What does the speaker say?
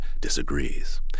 disagrees